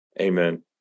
Amen